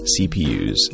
CPUs